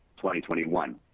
2021